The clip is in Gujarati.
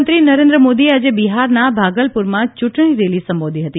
પ્રધાનમંત્રી નરેન્દ્ર મોદીએ આજે બિહારના ભાગલપુરમાં ચૂંટણી રેલી સંબોધી હતી